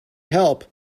help